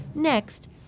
Next